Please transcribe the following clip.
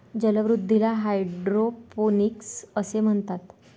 जलवृद्धीला हायड्रोपोनिक्स असे म्हणतात